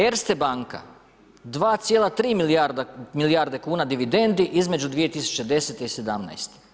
Erste banka 2,3 milijarde kuna dividendi između 2010. i 2017.